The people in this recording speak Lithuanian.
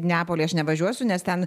neapolį aš nevažiuosiu nes ten